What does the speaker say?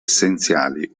essenziali